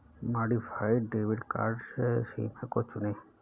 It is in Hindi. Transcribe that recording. मॉडिफाइड डेबिट कार्ड सीमा को चुनें